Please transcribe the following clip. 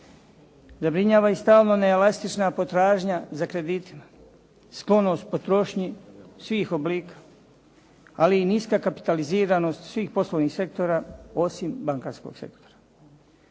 Zabrinjava i stalno neelastična potražnja za kreditima, sklonost potrošnji svih oblika, ali i niska kapitaliziranost svih poslovnih sektora osim bankarskog sektora.